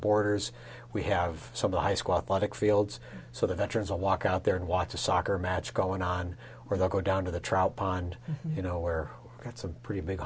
boarders we have so the high school athletic fields so the veterans will walk out there and watch a soccer match going on or they'll go down to the trout pond you know where that's a pretty big